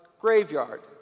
graveyard